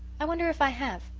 i wonder if i have.